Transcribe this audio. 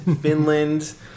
Finland